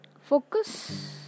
focus